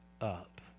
up